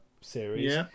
series